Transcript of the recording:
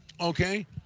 okay